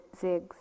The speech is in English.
zigs